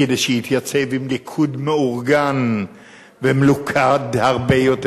כדי שיתייצב עם ליכוד מאורגן ומלוכד הרבה יותר.